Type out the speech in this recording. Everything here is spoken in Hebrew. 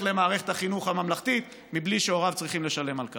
למערכת החינוך הממלכתית בלי שהוריו צריכים לשלם על כך.